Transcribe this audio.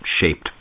shaped